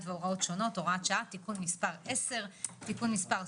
והוראות שונות) (הוראת שעה) (תיקון מס' 10) (תיקון מס'